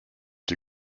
die